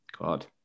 God